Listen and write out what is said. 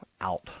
out